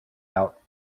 out